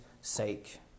sake